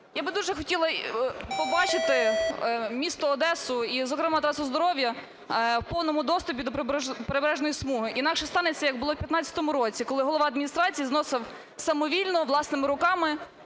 Я би дуже хотіла побачити місто Одесу і, зокрема, Трасу здоров'я в повному доступу і до прибережної смуги. Інакше станеться, як було в 15-му році, коли голова адміністрації зносив самовільно власними руками